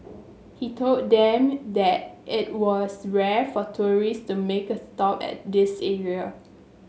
he told them that it was rare for tourist to make a stop at this area